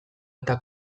eta